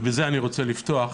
ובזה אני רוצה לפתוח.